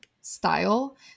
style